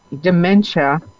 dementia